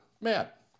Matt